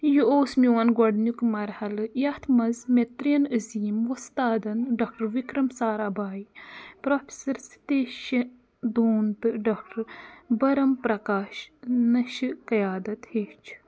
یہ اوس میٛون گۄڈنیُک مرحلہٕ یتھ منٛز مےٚ تریٚن عظیم وۄستادن doctor Vikram Sarabhai professor Satish Dhawan تہٕ ڈاکٹر بَرَم پرکاش نِشہِ قیادت ہیٚچھ